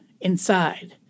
inside